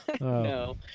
No